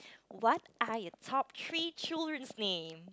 what are your top three children's name